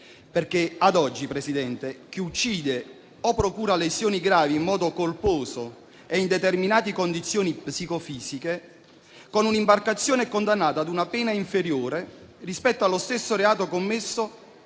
oggi, infatti, Presidente, chi uccide o procura lesioni gravi in modo colposo e in determinate condizioni psicofisiche, con un'imbarcazione, è condannato a una pena inferiore rispetto allo stesso reato commesso